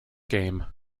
game